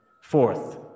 Fourth